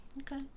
Okay